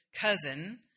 cousin